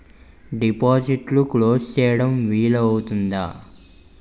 డిపాజిట్లు క్లోజ్ చేయడం వీలు అవుతుందా?